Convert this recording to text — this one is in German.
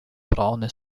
braune